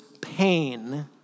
pain